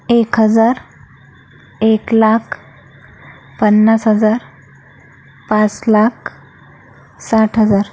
एक हजार एक लाख पन्नास हजार पाच लाख साठ हजार